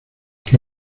que